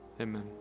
Amen